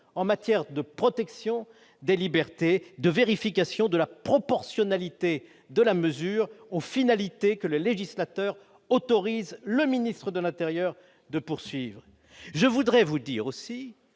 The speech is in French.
en matière de protection des libertés de vérification de la proportionnalité de la mesure aux finalités que le législateur autorise le ministre de l'Intérieur de poursuivre : je voudrais vous dire aussi